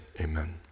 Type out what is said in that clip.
amen